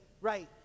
Right